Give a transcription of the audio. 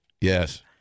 yes